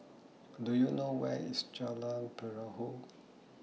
Do YOU know Where IS Jalan Perahu